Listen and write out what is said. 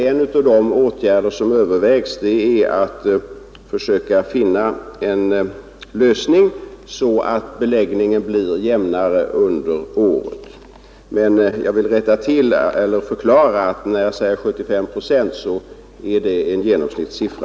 En av de åtgärder man överväger är att försöka finna en lösning så att beläggningen blir jämnare fördelad under året. Men jag vill förklara att 75 procent är en genomsnittssiffra.